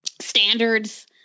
standards